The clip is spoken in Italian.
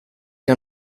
che